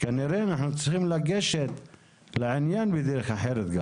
כנראה אנחנו צריכים לגשת לעניין בדרך אחרת.